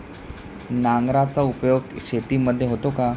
नांगराचा उपयोग शेतीमध्ये होतो का?